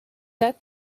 that